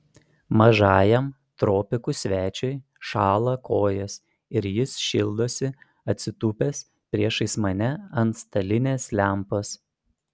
mažajam tropikų svečiui šąla kojos ir jis šildosi atsitūpęs priešais mane ant stalinės lempos